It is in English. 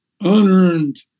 unearned